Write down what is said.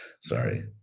Sorry